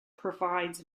provides